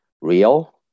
real